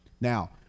Now